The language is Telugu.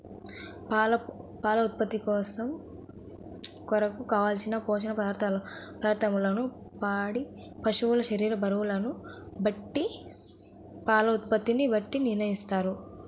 పాల ఉత్పత్తి కొరకు, కావలసిన పోషక పదార్ధములను పాడి పశువు శరీర బరువును బట్టి పాల ఉత్పత్తిని బట్టి నిర్ణయిస్తారా?